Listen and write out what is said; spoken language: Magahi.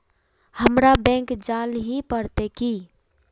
हमरा बैंक जाल ही पड़ते की?